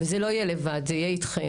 וזה לא יהיה לבד, זה יהיה איתכם.